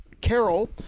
carol